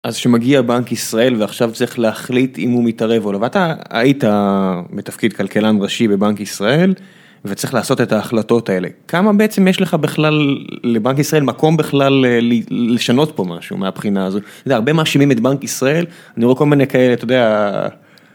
אז שמגיע בנק ישראל ועכשיו צריך להחליט אם הוא מתערב או לא ואתה היית בתפקיד כלכלן ראשי בבנק ישראל וצריך לעשות את ההחלטות האלה כמה בעצם יש לך בכלל לבנק ישראל מקום בכלל לשנות פה משהו מהבחינה הזו הרבה מאשימים את בנק ישראל אני רואה כל מיני כאלה אתה יודע.